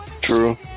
True